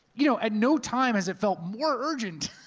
you know at no time has it felt more urgent,